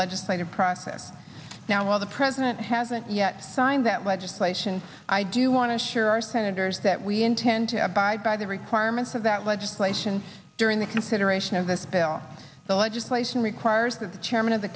legislative process now while the president hasn't yet signed that legislation i do want to assure our senators that we intend to abide by the requirements of that legislation during the consideration of this bill the legislation requires that the chairman of the